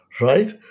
right